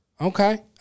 Okay